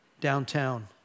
downtown